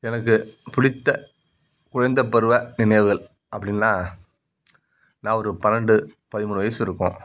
எனக்கு பிடித்த குழந்தைப் பருவ நினைவுகள் அப்படினா நான் ஒரு பன்னெண்டு பதிமூணு வயது இருக்கும்